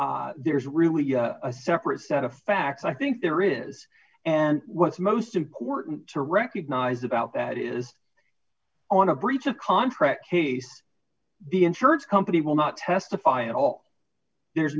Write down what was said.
not there's really a separate set of facts i think there is and what's most important to recognize about that is on a breach of contract case the insurance company will not testify at all there's